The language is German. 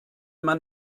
man